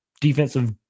defensive